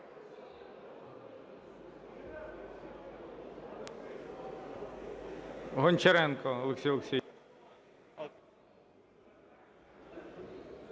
Гончаренко Олексій Олексійович.